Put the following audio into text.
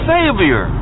Savior